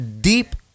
deep